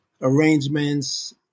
arrangements